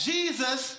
Jesus